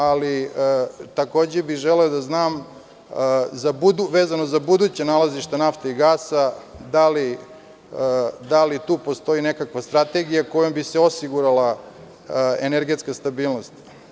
Ali, takođe bih želeo da znam vezano za buduća nalazišta nafte i gasa, da li tu postoji nekakva strategija kojom bi se osigurala energetska stabilnost?